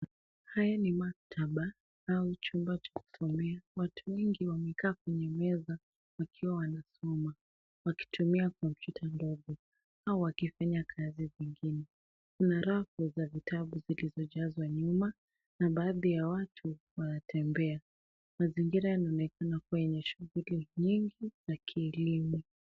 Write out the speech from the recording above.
Haya ni maktaba au chumba cha kutumia watu wengi wakiwa wamekaa kwenye meza wakiwa wanasoma wakitumia kompyuta ndogo au wakifanya kazi zingine. Kuna rafu za vitabu zilizojazwa nyuma na baadhi ya watu wanatembea mazingira yanaonekana yenye shughuli nyingi za kilimo.